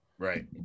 Right